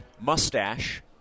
mustache